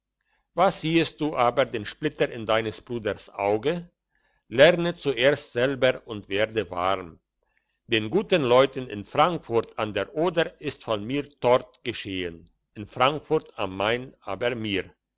was siehest du aber den splitter in deines bruders auge lerne zuerst selber und werde warm den guten leuten in frankfurt an der oder ist von mir tort geschehen in frankfurt am main aber mir